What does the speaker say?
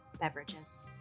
beverages